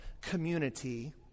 community